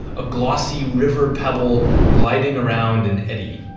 a glossy river-pebble gliding around in eddy.